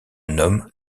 nomment